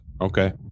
Okay